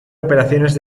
operaciones